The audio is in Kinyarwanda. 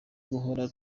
guhora